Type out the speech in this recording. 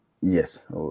yes